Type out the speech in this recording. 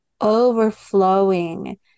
overflowing